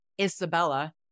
Isabella